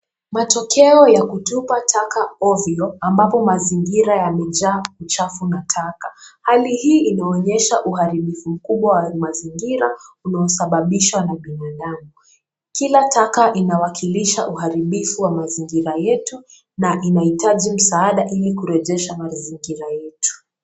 Matokeo ya kutupa taka ovyo ambapo mazingira yamejaa uchafu na taka. Hali hizi inaonyesha uharibifu mkubwa wa mazingira unaosababishwa na binadamu. Kila taka inawakilisha uharibifu wa mazingira yetu na inahitaji msaada ili kurejesha mazingira yetu.